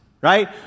right